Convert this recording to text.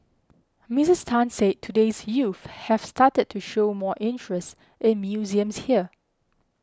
Miss Tan said today's youth have started to show more interest in museums here